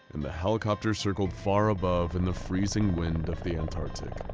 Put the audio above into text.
and the helicopter circled far above in the freezing wind of the antarctic.